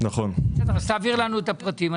אז תעביר לנו את הפרטים,